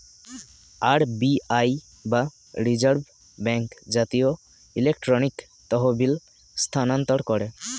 RBI বা reserve bank জাতীয় electronic তহবিল স্থানান্তর করে